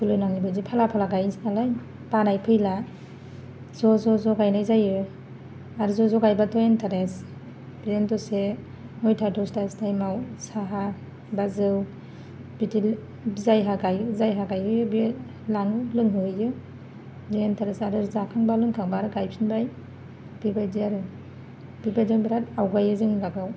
बोलो नाङै बायदि फाला फाला गायनोसै नालाय बानाय फैला ज' ज' ज' गायनाय जायो आरो ज' ज' गायोबाथ' इन्टारेस्ट बिदिनो दसे नौथा दसथा टाइमआव साहा बा जौ बिदि जायहा गायहोयो बियो लाङो लोंहोहैयो जि इन्टारेस्ट जाखांबा लोंखांबा आरो गायफिनबाय बेबायदि आरो बेबायदिजोंनो बेराद आवगायो जोंनि लागोआव